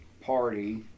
party